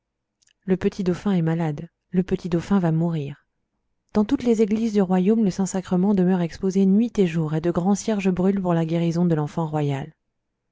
le petit dauphin est malade le petit dauphin va mourir dans toutes les églises du royaume le saint-sacrement demeure exposé nuit et jour et de grands cierges brûlent pour la guérison de l'enfant royal